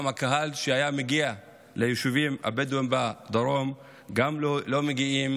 גם הקהל שהיה מגיע ליישובים הבדואיים בדרום לא מגיע.